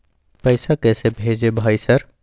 पैसा कैसे भेज भाई सर?